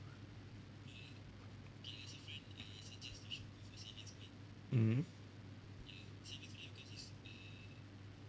mmhmm